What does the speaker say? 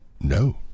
No